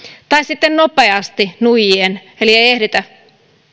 tai sitten nopeasti nuijien eli ei ehditä